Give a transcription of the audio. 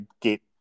get